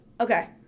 Okay